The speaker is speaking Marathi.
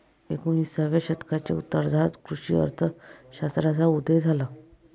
एकोणिसाव्या शतकाच्या उत्तरार्धात कृषी अर्थ शास्त्राचा उदय झाला